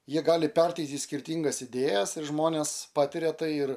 jie gali perteikti skirtingas idėjas ir žmonės patiria tai ir